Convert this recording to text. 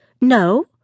No